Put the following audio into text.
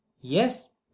Yes